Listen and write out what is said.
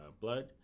blood